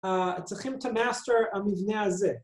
‫אה... צריכים את המאסטר המבנה הזה.